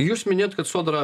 jūs minėjot kad sodra